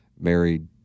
married